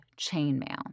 Chainmail